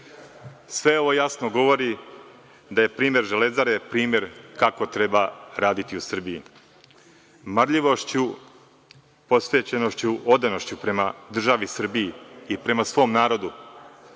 Sve ovo jasno govori da je primer „Železare“ primer kako treba raditi u Srbiji. Marljivošću, posvećenošću, odanošću prema državi Srbiji i prema svom narodu.